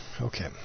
okay